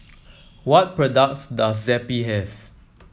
what products does Zappy have